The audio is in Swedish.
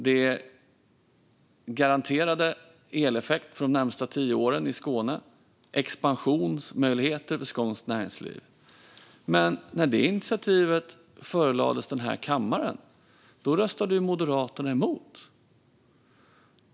Det garanterade eleffekt under de närmaste tio åren i Skåne. Det gav expansionsmöjligheter för skånskt näringsliv. Men när detta initiativ förelades kammaren röstade Moderaterna emot det.